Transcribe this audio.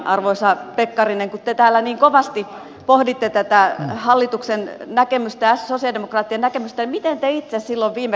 arvoisa pekkarinen kun te täällä niin kovasti pohditte tätä hallituksen näkemystä ja sosialidemokraattien näkemystä niin miten te itse silloin viime kaudella